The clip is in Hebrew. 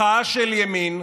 מחאה של ימין,